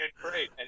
great